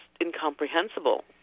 incomprehensible